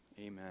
Amen